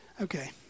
Okay